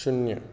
शुन्य